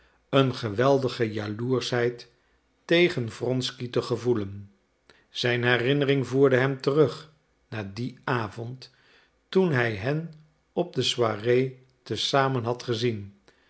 een geweldige jaloerschheid tegen wronsky te gevoelen zijn herinnering voerde hem terug naar dien avond toen hij hen op de soiree te zamen had gezien